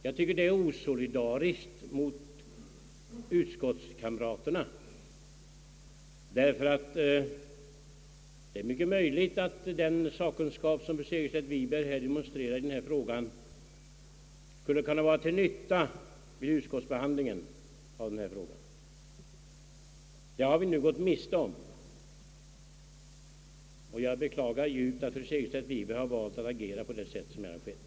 Jag tycker att detta förfarande är osolidariskt mot utskottskamraterna, ty det är mycket möjligt att den sakkunskap som fru Segerstedt Wiberg här demonstrerar skulle ha kunnat vara till nytta vid utskottsbehandlingen av denna fråga. Denna sakkunskap har vi nu gått miste om, och jag beklagar djupt att fru Segerstedt Wiberg valt att agera på det sätt som här har skett.